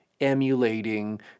emulating